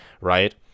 right